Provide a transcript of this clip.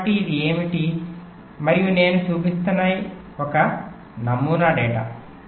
కాబట్టి ఇది ఏమిటి మరియు నేను చూపిస్తున్న ఒక నమూనా డేటా